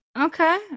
okay